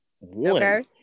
one